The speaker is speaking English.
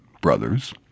brothers